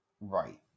Right